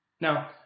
Now